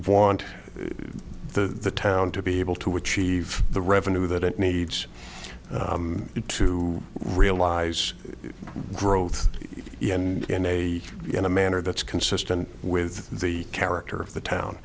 want the town to be able to achieve the revenue that it needs to realize growth in a in a manner that's consistent with the character of the town